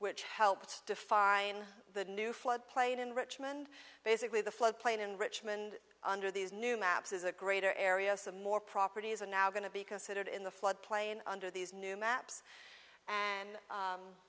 which helped define the new flood plain in richmond basically the flood plain in richmond under these new maps is a greater area some more properties are now going to be considered in the floodplain under these new maps and